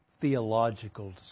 Theological